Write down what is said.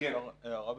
אפשר הערה,